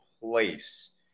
place